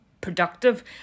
productive